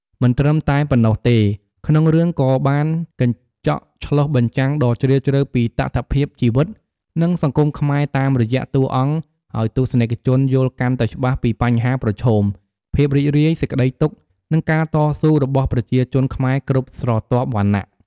មិនត្រឹមតែប៉ុណ្ណោះទេ ក្នុងរឿងក៏បានកញ្ចក់ឆ្លុះបញ្ចាំងដ៏ជ្រាលជ្រៅពីតថភាពជីវិត និងសង្គមខ្មែរតាមរយះតួរអង្គអោយទស្សនិកជនយល់កាន់តែច្បាស់ពីបញ្ហាប្រឈម ភាពរីករាយ សេចក្តីទុក្ខ និងការតស៊ូរបស់ប្រជាជនខ្មែរគ្រប់ស្រទាប់វណ្ណៈ។